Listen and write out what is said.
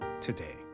today